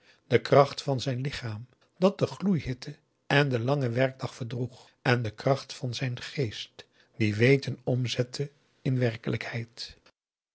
de kracht van zijn lichaam dat de gloedhitte en den langen werkdag verdroeg en de kracht van zijn geest die augusta de wit orpheus in